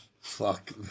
Fuck